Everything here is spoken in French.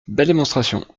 démonstration